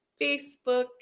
Facebook